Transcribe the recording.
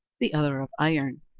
the other of iron,